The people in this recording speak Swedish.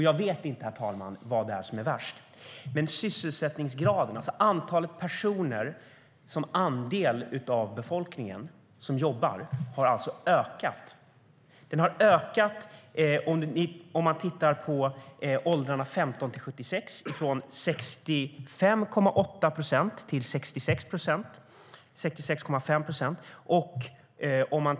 Jag vet inte vad som är värst. Sysselsättningsgraden, alltså antalet personer som andel av befolkningen som jobbar, ökade. I åldrarna 15-76 ökade den från 65,8 procent till 66,5 procent.